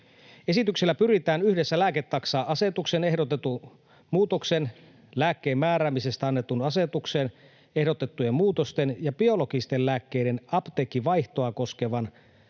Esityksellä pyritään yhdessä lääketaksa-asetukseen ehdotetun muutoksen, lääkkeen määräämisestä annettuun asetukseen ehdotettujen muutosten ja biologisten lääkkeiden apteekkivaihtoa koskevan,